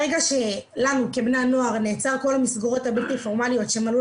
ברגע שלנו כבני נוער נעצרו כל המסגרות הבלתי פורמליות שמילאו